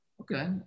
Okay